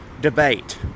debate